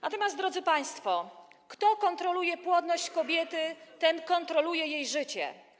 Natomiast, drodzy państwo, kto kontroluje płodność kobiety, ten kontroluje jej życie.